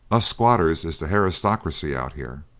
us squatters is the harrystockrisy out here.